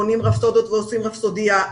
בונים רפסודות ועושים רפסודייה.